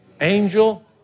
Angel